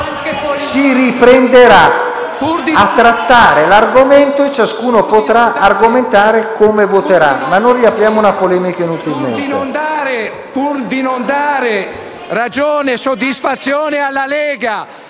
Si riprenderà a trattare l'argomento e ciascuno potrà argomentare come voterà, ma non riapriamo la polemica inutilmente.